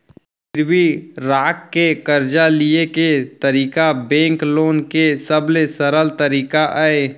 गिरवी राख के करजा लिये के तरीका बेंक लोन के सबले सरल तरीका अय